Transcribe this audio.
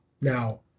now